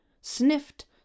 sniffed